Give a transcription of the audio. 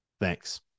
Thanks